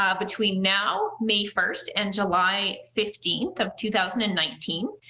ah between now may first and july fifteenth of two thousand and nineteen,